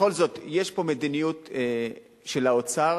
בכל זאת יש פה מדיניות של האוצר,